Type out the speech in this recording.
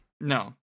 No